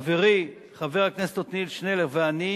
חברי חבר הכנסת עתניאל שנלר ואני,